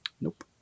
nope